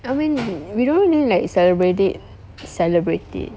I mean we don't really like celebrate it celebrate it